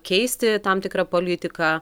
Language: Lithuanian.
keisti tam tikra politika